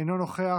אינו נוכח,